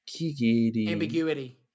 ambiguity